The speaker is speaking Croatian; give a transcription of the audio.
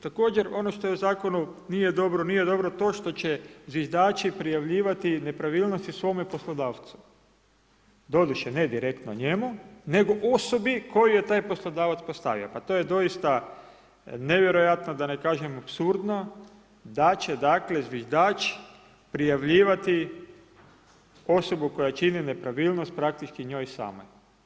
Također ono što u zakonu nije dobro, nije dobro to što će zviždači prijavljivati nepravilnosti svome poslodavcu, doduše ne direktno njemu, nego osobi koju je taj poslodavac postavio pa to je doista nevjerojatno, da ne kažem apsurdno da će dakle zviždač prijavljivati osobu koja čini nepravilnost praktički njoj samoj.